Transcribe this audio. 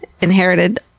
inherited